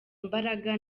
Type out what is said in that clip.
imbaraga